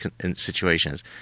situations